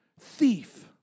thief